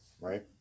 right